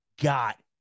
got